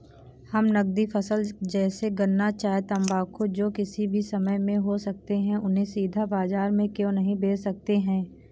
हम नगदी फसल जैसे गन्ना चाय तंबाकू जो किसी भी समय में हो सकते हैं उन्हें सीधा बाजार में क्यो नहीं बेच सकते हैं?